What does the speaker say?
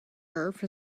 earth